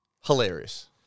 Hilarious